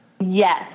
Yes